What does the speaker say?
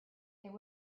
there